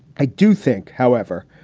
i do think, however,